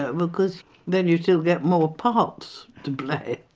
ah because then you still get more parts to play.